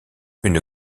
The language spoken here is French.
une